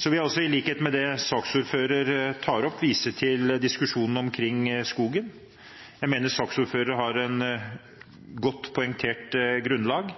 Jeg vil også – i likhet med det saksordføreren tok opp – vise til diskusjonen omkring skogen. Jeg mener at saksordføreren har et godt, poengtert grunnlag.